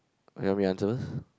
or you want me to answer first